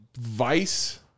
Vice